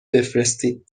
بفرستید